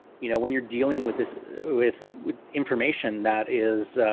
you know, when you're dealing with this with with information that is,